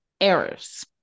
Errors